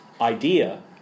idea